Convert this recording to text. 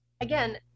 again